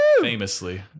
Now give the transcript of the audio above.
Famously